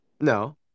No